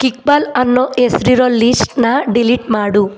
kick ball ಅನ್ನೋ ಹೆಸ್ರಿರೋ ಲೀಸ್ಟನಾ ಡಿಲೀಟ್ ಮಾಡು